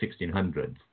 1600s